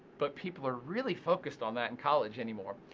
but people are really focused on that in college anymore.